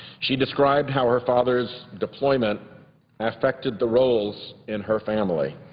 she described how her father's deployment affected the roles in her family.